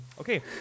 Okay